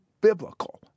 biblical